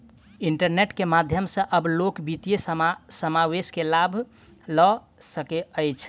internet के माध्यम सॅ आब लोक वित्तीय समावेश के लाभ लअ सकै छैथ